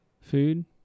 food